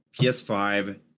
PS5